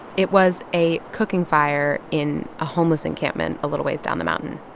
it was a cooking fire in a homeless encampment a little ways down the mountain.